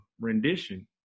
rendition